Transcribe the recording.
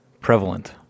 prevalent